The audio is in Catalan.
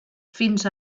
fins